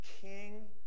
king